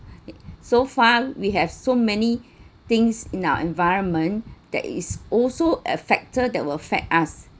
so far we have so many things now environment there is also a factor that will affect us